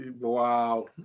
Wow